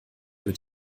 wird